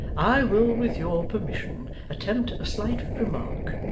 i will with your permission, attempt a slight remark.